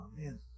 Amen